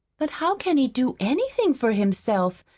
but how can he do anything for himself,